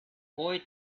boy